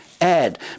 add